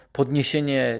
podniesienie